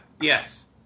yes